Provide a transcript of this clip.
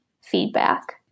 feedback